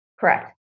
Correct